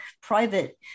private